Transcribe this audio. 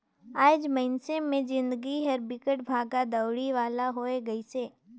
आएज मइनसे मे जिनगी हर बिकट भागा दउड़ी वाला होये गइसे